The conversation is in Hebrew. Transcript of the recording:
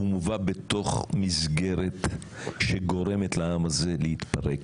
הוא מובא בתוך מסגרת שגורמת לעם הזה להתפרק.